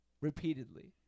repeatedly